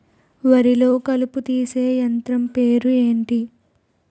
వరి లొ కలుపు తీసే యంత్రం పేరు ఎంటి?